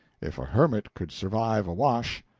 if a hermit could survive a wash,